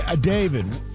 David